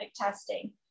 testing